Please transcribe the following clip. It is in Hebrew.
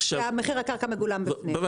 כשמחיר הקרקע מגולם בפנים, לא רק תשומות הבנייה.